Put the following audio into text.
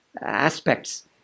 aspects